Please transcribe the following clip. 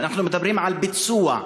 אנחנו מדברים על ביצוע,